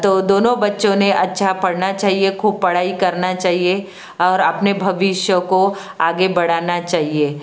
तो दोनों बच्चों ने अच्छा पढ़ना चाहिए खूब पढ़ाई करना चाहिए और अपने भविष्य को आगे बढ़ाना चाहिए